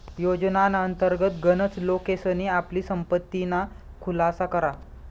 योजनाना अंतर्गत गनच लोकेसनी आपली संपत्तीना खुलासा करा